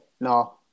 No